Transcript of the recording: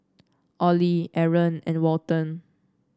Ollie Aron and Walton